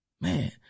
man